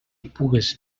pugues